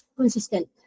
consistent